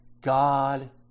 God